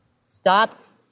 stopped